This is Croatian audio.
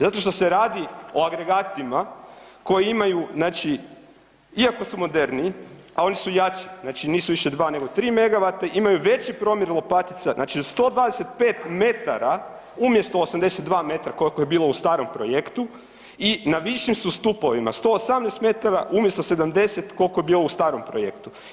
Zato što se radi o agregatima koji imaju znači, iako su moderniji, a oni su jači, znači nisu više 2 nego 3 megavata, imaju veći promjer lopatica, znači 125 metara umjesto 82 metra koliko je bilo u starom projektu i na višim su stupovima, 118 metara, umjesto 70, koliko je bilo u starom projektu.